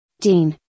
Dean